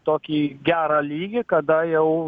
tokį gerą lygį kada jau